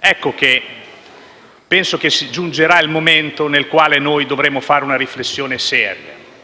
*(Applausi dal Gruppo PD)*. Penso che giungerà il momento nel quale noi dovremo fare una riflessione seria,